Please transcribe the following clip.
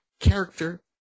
character